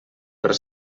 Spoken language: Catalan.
per